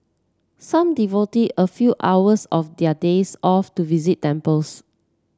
some devoted a few hours of their days off to visit temples